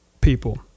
people